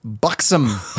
buxom